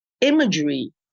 imagery